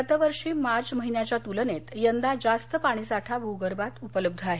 गतवर्षी मार्च महिन्याच्या तुलनेत यंदा जास्त पाणी साठा भूगर्भात उपलब्ध आहे